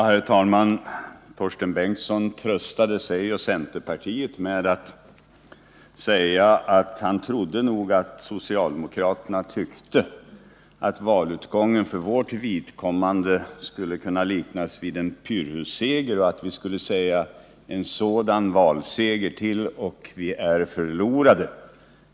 Herr talman! Torsten Bengtson tröstade sig och centerpartiet med att säga att valutgången för socialdemokraternas vidkommande skulle kunna liknas vid en pyrrusseger och att vi skulle utropa: En sådan valseger till och vi är förlorade!